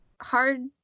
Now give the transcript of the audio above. hard